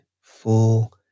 full